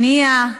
הנייה?